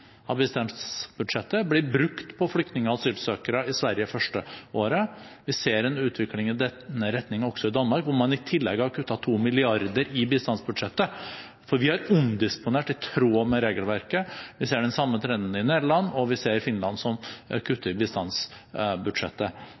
av bistandsbudsjettet blir brukt på flyktninger og asylsøkere i Sverige det første året. Vi ser en utvikling i denne retning også i Danmark, hvor man i tillegg har kuttet 2 mrd. kr i bistandsbudsjettet – mens vi har omdisponert i tråd med regelverket. Vi ser den samme trenden i Nederland, og vi ser det i Finland, som kutter i bistandsbudsjettet.